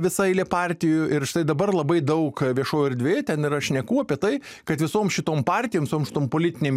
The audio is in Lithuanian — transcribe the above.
visa eilė partijų ir štai dabar labai daug viešojoj erdvėj ten yra šnekų apie tai kad visom šitom partijom visom šitom politinėm